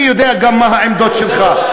אני יודע גם מה העמדות שלך,